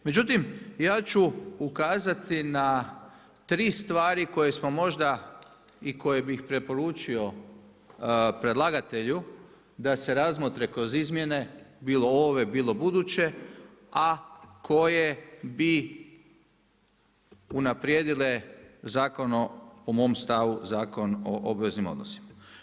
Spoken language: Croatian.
Međutim, ja ću ukazati na 3 stvari koje smo možda i koje bih preporučio predlagatelju da se razmotre kroz izmjene, bilo ove, bilo buduće a koje bi unaprijedile zakon, po mom stavu Zakon o obveznim odnosima.